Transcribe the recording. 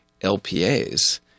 LPAs